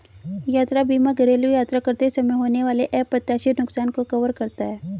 यात्रा बीमा घरेलू यात्रा करते समय होने वाले अप्रत्याशित नुकसान को कवर करता है